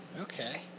Okay